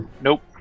Nope